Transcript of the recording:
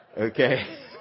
Okay